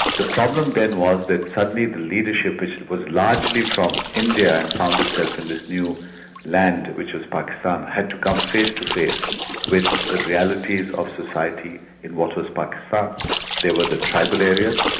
the problem then was that suddenly the leadership, which was largely from india and found itself in this new land which is pakistan had to come face to face with the realities of society in what was pakistan. but but there were the tribal areas,